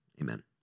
amen